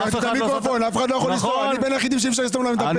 אף אחד לא סתם --- סימון, ברוך הבא.